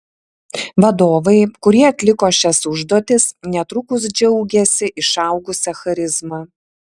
vadovai kurie atliko šias užduotis netrukus džiaugėsi išaugusia charizma